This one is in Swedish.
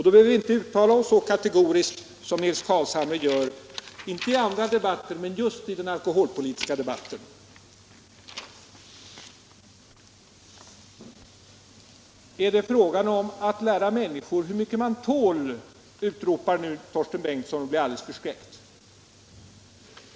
Då skulle herr Carlshamre inte behöva uttala sig så kategoriskt som han gör. Är det fråga om att lära människor hur mycket man tål? utropar nu Torsten Bengtson och blir alldeles förskräckt.